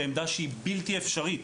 בעמדה שהיא בלתי אפשרית